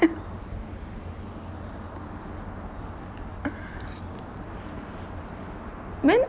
when